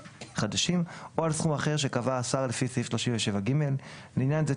חדשים או על סכום אחר שקבע השר לפי סעיף 37(ג); לעניין זה,